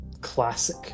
classic